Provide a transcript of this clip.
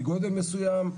מגודל מסויים,